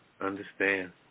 understand